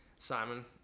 simon